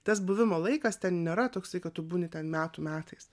tas buvimo laikas ten nėra toksai kad tu būni ten metų metais